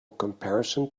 comparison